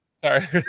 Sorry